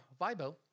Vibo